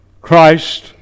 Christ